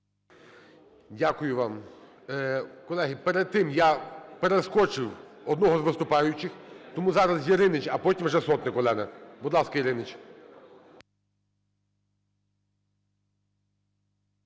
Дякую вам. Колеги, перед тим я перескочив одного з виступаючих, тому зараз – Яриніч, а потім вже Сотник Олена. Будь ласка, Яриніч.